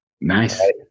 Nice